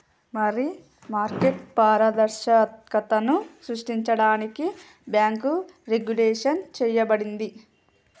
మరి మార్కెట్ పారదర్శకతను సృష్టించడానికి బాంకు రెగ్వులేషన్ చేయబడింది